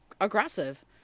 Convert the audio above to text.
aggressive